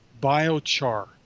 biochar